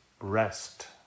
Rest